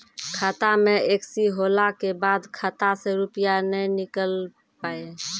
खाता मे एकशी होला के बाद खाता से रुपिया ने निकल पाए?